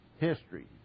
history